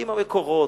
עם המקורות,